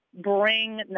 bring